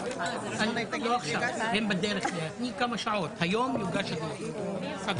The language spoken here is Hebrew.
ננעלה בשעה 11:12.